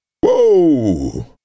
whoa